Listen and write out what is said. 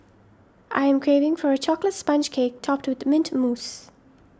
I am craving for a Chocolate Sponge Cake Topped with Mint Mousse